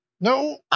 No